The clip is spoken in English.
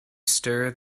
stir